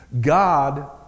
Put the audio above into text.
God